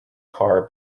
car